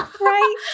Right